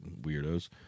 weirdos